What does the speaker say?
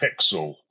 pixel